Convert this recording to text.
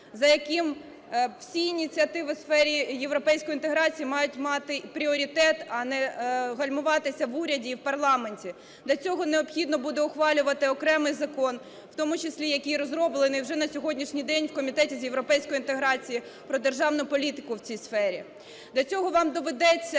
за яким всі ініціативи у сфері європейської інтеграції мають мати пріоритет, а не гальмуватися в уряді і в парламенті. Для цього необхідно буде ухвалювати окремий закон, в тому числі який розроблений вже на сьогоднішній день у Комітеті з європейської інтеграції, про державну політику в цій сфері. Для цього вам доведеться